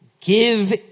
give